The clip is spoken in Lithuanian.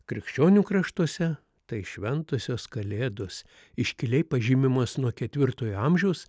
krikščionių kraštuose tai šventosios kalėdos iškiliai pažymimos nuo ketvirtojo amžiaus